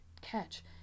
catch